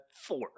four